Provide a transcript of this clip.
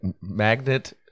Magnet